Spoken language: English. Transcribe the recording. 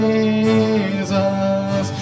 Jesus